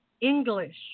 English